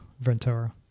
Ventura